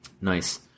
Nice